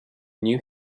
new